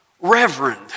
Reverend